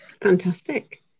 fantastic